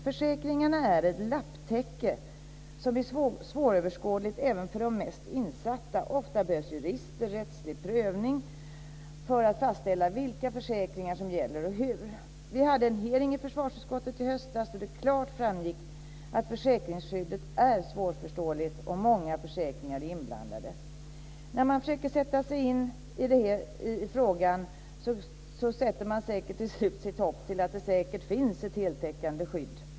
Försäkringarna är ett lapptäcke som är svåröverskådligt även för de mest insatta. Ofta behövs jurister och rättslig prövning för att fastställa vilka försäkringar som gäller och hur. Vi hade en hearing i försvarsutskottet i höstas där det klart framgick att försäkringsskyddet är svårförståeligt och att många försäkringar är inblandade. När man försöker sätta sig in i frågan sätter man säkert till slut sitt hopp till att det finns ett heltäckande skydd.